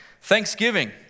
Thanksgiving